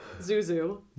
zuzu